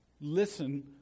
Listen